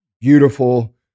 beautiful